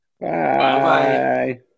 Bye